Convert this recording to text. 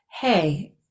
Hey